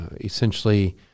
essentially